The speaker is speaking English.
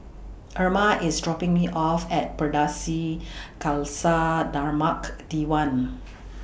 Erma IS dropping Me off At Pardesi Khalsa Dharmak Diwan